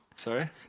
Sorry